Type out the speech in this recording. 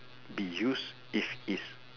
be use if its